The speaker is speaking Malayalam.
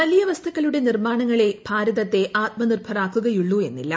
വലിയ വസ്തുക്കളുടെ നിർമ്മാണങ്ങളേ ഭാരതത്തെ ആത്മനിർഭരമാക്കുകയുള്ളൂ എന്നില്ല